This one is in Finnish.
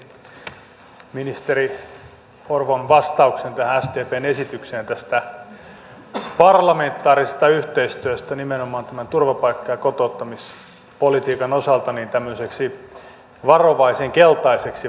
tulkitsin ministeri orvon vastauksen tähän sdpn esitykseen tästä parlamentaarisesta yhteistyöstä nimenomaan tämän turvapaikka ja kotouttamispolitiikan osalta tämmöiseksi varovaisen keltaiseksi valoksi